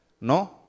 no